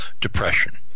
depression